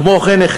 כמו כן,